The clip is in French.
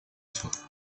soit